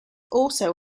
also